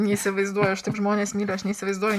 neįsivaizduoju aš taip žmones myliu aš neįsivaizduoju